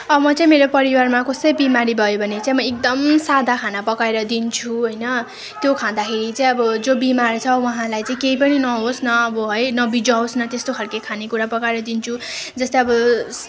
अब म चाहिँ मेरो परिवारमा कसै बिमारी भयो भने चाहिँ म एकदम सादा खाना पकाएर दिन्छु होइन त्यो खाँदाखेरि चाहिँ अब जो बिमार छ उहाँलाई चाहिँ केही पनि नहोस् न अब है नबिझाओस् न त्यस्तो खालको खाने कुरा पकाएर दिन्छु जस्तै अब